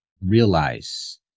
realize